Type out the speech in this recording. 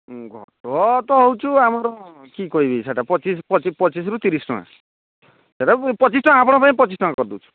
ଉଁ ଘ ହେଉଛୁ ଆମର କି କହିବି ସେଟା ପଚିଶ ପଚିଶରୁ ତିରିଶ ଟଙ୍କା ସେଟା ପଚିଶ ଟଙ୍କା ଆପଣଙ୍କ ପାଇଁ ପଚିଶ ଟଙ୍କା କରି ଦେଉଛୁ